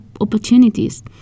opportunities